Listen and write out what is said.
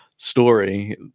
story